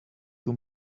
two